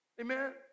Amen